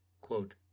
quote